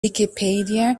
wikipedia